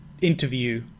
interview